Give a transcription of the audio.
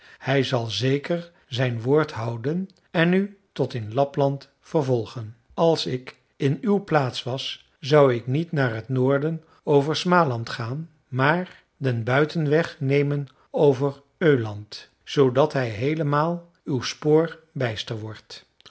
hij zal zeker zijn woord houden en u tot in lapland vervolgen als ik in uw plaats was zou ik niet naar t noorden over smaland gaan maar den buitenweg nemen over öland zoodat hij heelemaal uw spoor bijster wordt